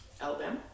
Alabama